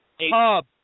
Hub